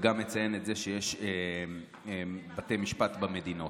ואז גם מציין את זה שיש בתי משפט במדינות,